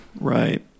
Right